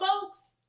folks